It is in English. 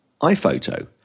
iPhoto